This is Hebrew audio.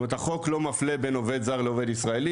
החוק לא מפלה בין עובד זר לעובד ישראלי